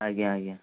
ଆଜ୍ଞା ଆଜ୍ଞା